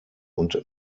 und